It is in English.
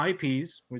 ips